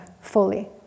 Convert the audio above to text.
fully